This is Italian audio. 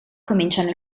cominciano